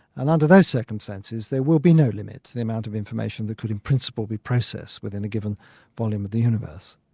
and under those circumstances there will be no limit to the amount of information that could in principle be processed within a given volume of the universe.